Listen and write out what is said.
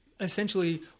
essentially